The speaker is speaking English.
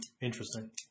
Interesting